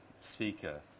speaker